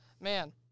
Man